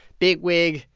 bigwig,